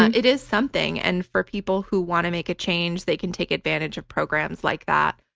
and it is something. and for people who want to make a change, they can take advantage of programs like that.